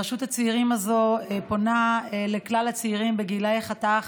רשות הצעירים הזאת פונה לכלל הצעירים בחתך